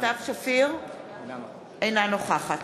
אינה נוכחת